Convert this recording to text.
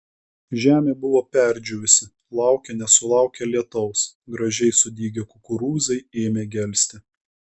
žemė buvo perdžiūvusi laukė nesulaukė lietaus gražiai sudygę kukurūzai ėmė gelsti